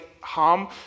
harm